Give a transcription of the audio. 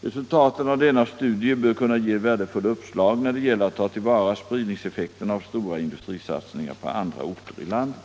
Resultaten av denna studie bör kunna ge värdefulla uppslag när det gäller att ta till vara spridningseffekterna av stora industrisatsningar på andra orter i landet.